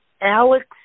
Alex